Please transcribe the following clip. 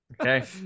Okay